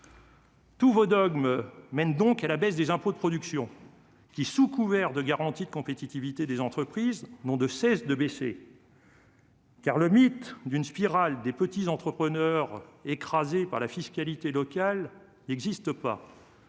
Tous vos dogmes mènent donc à la baisse des impôts de production, qui, sous couvert de garantie de compétitivité des entreprises, n'ont de cesse de baisser. Car le mythe d'une spirale des petits entrepreneurs écrasés par la fiscalité locale n'existe pas.